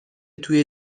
توی